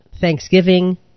Thanksgiving